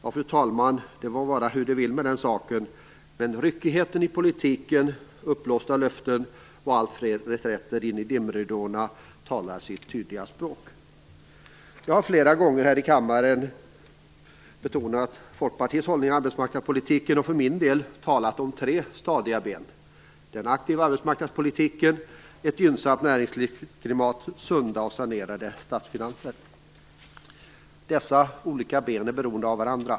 Fru talman! Det må vara hur det vill med den saken. Men ryckigheten i politiken, uppblåsta löften och alltfler reträtter in i dimridåerna talar sitt tydliga språk. Jag har flera gånger här i kammaren betonat Folkpartiets hållning i arbetsmarknadspolitiken och talat om att den måste vila på tre stadiga ben, nämligen en aktiv arbetsmarknadspolitik, ett gynnsamt näringslivsklimat och sunda och sanerade statsfinanser. Dessa olika ben är beroende av varandra.